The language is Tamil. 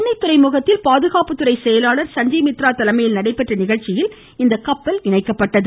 சென்னை துறைமுகத்தில் பாதுகாப்புத்துறை செயலாளர் சஞ்சய் மித்ரா தலைமையில் நடைபெற்ற நிகழ்ச்சியில் இந்த கப்பல் இணைக்கப்பட்டது